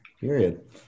period